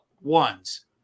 ones